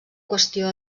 qüestió